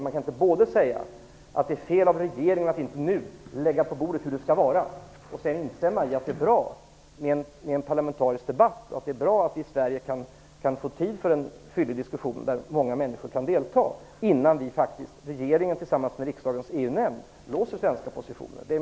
Man kan inte både säga att det är fel av regeringen att inte nu lägga fram på bordet hur det skall vara och sedan instämma i att det är bra med en parlamentarisk debatt, att det är bra att vi i Sverige kan få tid för en fyllig diskussion i vilken många människor kan delta, innan regeringen tillsammans med riksdagens EU nämnd låser den svenska positionen.